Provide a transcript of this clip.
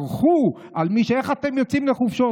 צרחו: איך אתם יוצאים לחופשות?